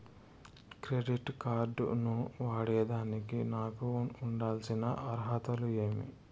Credit card ను వాడేదానికి నాకు ఉండాల్సిన అర్హతలు ఏమి?